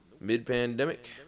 Mid-pandemic